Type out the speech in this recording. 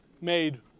Made